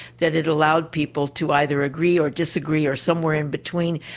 that it allowed people to either agree or disagree or somewhere in between,